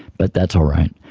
but that's all right.